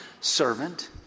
servant